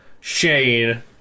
Shane